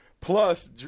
plus